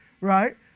right